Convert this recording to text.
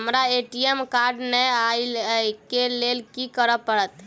हमरा ATM card नै अई लई केँ लेल की करऽ पड़त?